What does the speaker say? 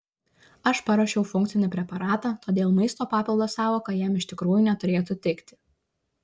aš paruošiau funkcinį preparatą todėl maisto papildo sąvoka jam iš tikrųjų neturėtų tikti